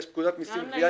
יש פקודת מסים (גבייה),